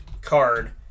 card